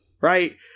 Right